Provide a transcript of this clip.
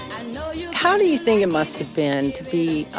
know you. how do you think it must have been to be?